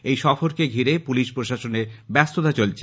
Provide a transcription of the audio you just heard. এই সফরকে ঘিরে পুলিশ প্রশাসনের ব্যস্ততা চলেছে